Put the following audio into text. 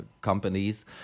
companies